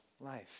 life